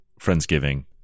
Friendsgiving